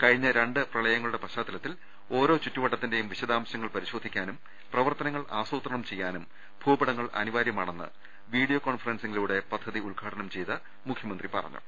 കഴിഞ്ഞ രണ്ട് പ്രളയങ്ങളുടെ പശ്ചാത്തലത്തിൽ ഓരോ ചുറ്റുവട്ടത്തിന്റേയും വിശദാംശങ്ങൾ പരിശോധിക്കാനും പ്രവർത്തനങ്ങൾ ആസുത്രണം ചെയ്യാനും ഭൂപടങ്ങൾ അനിവാര്യമാണെന്ന് വീഡിയോ കോൺഫ റൻസിങ്ങിലൂടെ പദ്ധതി ഉദ്ഘാടനം ചെയ്ത മുഖ്യമന്ത്രി പറഞ്ഞു